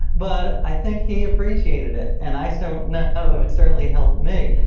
but i think he appreciated it. and i so know it certainly helped me.